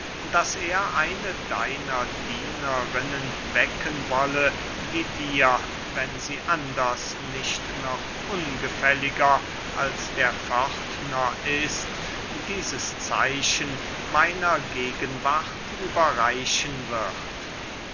daß er eine deiner dienerinnen wecken wolle die dir wenn sie anders nicht noch ungefälliger als der pförtner ist dieses zeichen meiner gegenwart überreichen wird